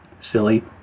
silly